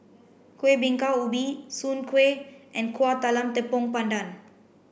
Kuih Bingka Ubi Soon Kway and Kueh Talam Tepong Pandan